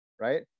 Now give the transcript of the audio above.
right